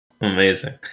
Amazing